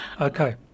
Okay